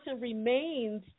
remains